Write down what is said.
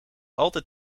altijd